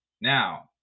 Now